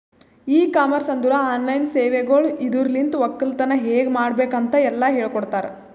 E commerce ಅಂದುರ್ online ಸೇವೆಗೊಳ್ ಇದುರಲಿಂತ್ ಒಕ್ಕಲತನ ಹೇಗ್ ಮಾಡ್ಬೇಕ್ ಅಂತ್ ಎಲ್ಲಾ ಹೇಳಕೊಡ್ತಾರ್